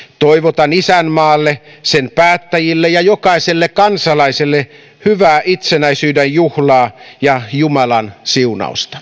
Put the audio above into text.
toivotan isänmaalle sen päättäjille ja jokaiselle kansalaiselle hyvää itsenäisyyden juhlaa ja jumalan siunausta